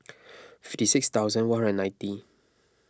fifty six thousand one hundred and ninety